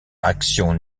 faction